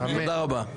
תודה רבה.